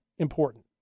important